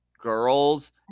girls